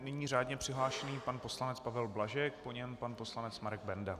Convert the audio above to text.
Nyní řádně přihlášený pan poslanec Pavel Blažek, po něm pan poslanec Marek Benda.